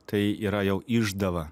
tai yra jau išdava